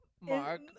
Mark